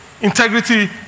Integrity